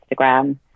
instagram